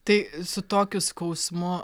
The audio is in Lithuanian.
tai su tokiu skausmu